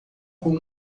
com